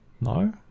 no